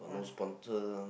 got no sponsor no